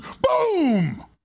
boom